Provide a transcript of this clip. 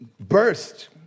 Burst